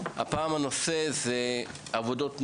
הנושא של הדיון הוא עבודות נוער,